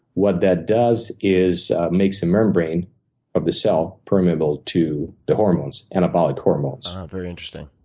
what that does is makes a membrane of the cell permeable to the hormones, anabolic hormones. ah, very interesting.